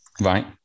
Right